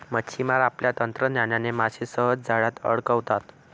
मच्छिमार आपल्या तंत्रज्ञानाने मासे सहज जाळ्यात अडकवतात